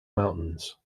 mountains